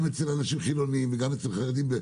גם אצל אנשים חילוניים וגם אצל חרדים.